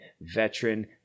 veteran